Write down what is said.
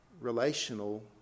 relational